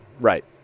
Right